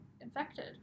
infected